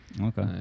Okay